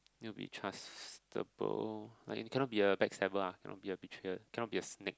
need to be trustable like you cannot be a backstabber ah cannot be a betrayer cannot be a snake